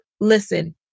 listen